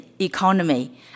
economy